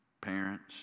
parents